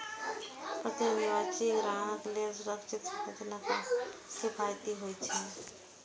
प्रत्यक्ष निकासी ग्राहक लेल सुरक्षित, सुविधाजनक आ किफायती होइ छै